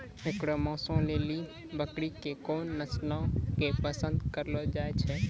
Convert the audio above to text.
एकरो मांसो लेली बकरी के कोन नस्लो के पसंद करलो जाय छै?